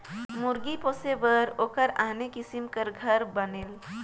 मुरगी पोसे बर ओखर आने किसम के घर बनेल